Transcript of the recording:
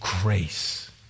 grace